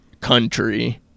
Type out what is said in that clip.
country